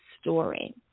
story